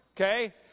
okay